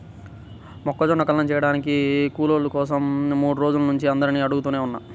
మొక్కజొన్న కల్లం చేయడానికి కూలోళ్ళ కోసరం మూడు రోజుల నుంచి అందరినీ అడుగుతనే ఉన్నా